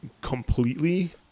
completely